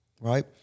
right